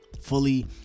fully